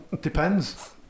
depends